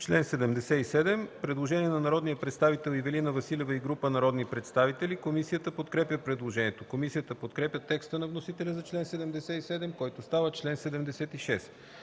чл. 77 – предложение на Ивелина Василева и група народни представители. Комисията подкрепя предложението. Комисията подкрепя текста на вносителя за чл. 77, който става чл. 76.